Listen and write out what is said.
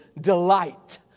Delight